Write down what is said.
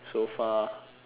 so far